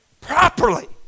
properly